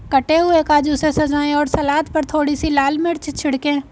कटे हुए काजू से सजाएं और सलाद पर थोड़ी सी लाल मिर्च छिड़कें